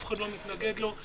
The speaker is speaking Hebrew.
אף אחד לא מתנגד לו.